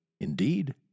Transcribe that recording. indeed